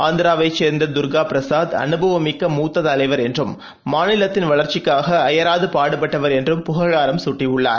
ஆந்திராவைச் சேர்ந்த துர்கா பிரசாத் அனுபவமிக்க மூத்த தலைவர் என்றும் மாநிலத்தின் வளர்ச்சிக்காள அயராது பாடுபட்டவர் என்றும் புகழாரம் சூட்டியுள்ளார்